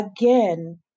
again